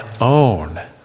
own